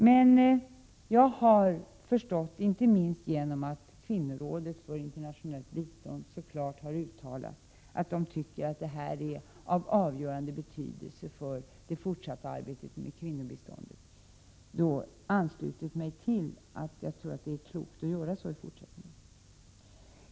Men jag har förstått, inte minst sedan Kvinnorådet för internationellt bistånd så klart har uttalat att detta är av avgörande betydelse för det fortsatta arbetet med kvinnobiståndet, att det är klokt att göra så i fortsättningen.